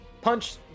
Punch